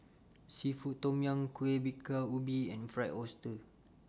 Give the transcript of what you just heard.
Seafood Tom Yum Kueh Bingka Ubi and Fried Oyster